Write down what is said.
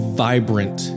vibrant